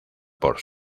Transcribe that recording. por